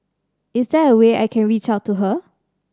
is there a way I can reach out to her